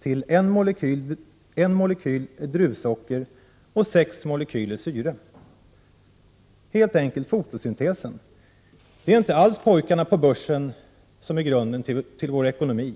till en molekyl druvsocker och sex molekyler syre. Helt enkelt fotosyntesen. Det är inte alls pojkarna på börsen som är grunden till vår ekonomi.